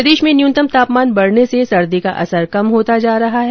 प्रदेश में न्यूनतम तापमान बढ़ने से सर्दी का असर कम होता जा रहा है